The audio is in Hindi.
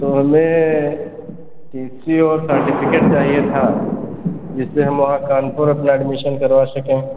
तो हमें टी सी और सर्टिफ़िकेट चाहिए था जिससे हम वहाँ कानपुर अपना अड्मिशन करवा सकें